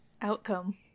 outcome